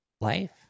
Life